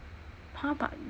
!huh! but